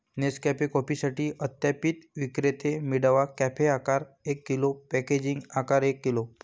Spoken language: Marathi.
नेसकॅफे कॉफीसाठी सत्यापित विक्रेते मिळवा, पॅक आकार एक किलो, पॅकेजिंग आकार एक किलो